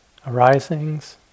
arisings